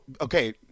okay